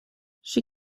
she